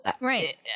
Right